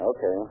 Okay